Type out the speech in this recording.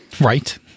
Right